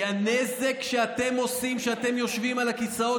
כי הנזק שאתם עושים כשאתם יושבים על הכיסאות